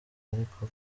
ariko